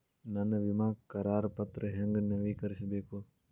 ನನ್ನ ವಿಮಾ ಕರಾರ ಪತ್ರಾ ಹೆಂಗ್ ನವೇಕರಿಸಬೇಕು?